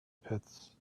pits